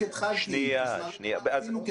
רק התחלתי לתאר את מה שעשינו.